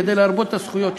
כדי להרבות את הזכויות שלו.